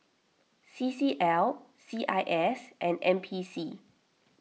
C C L C I S and N P C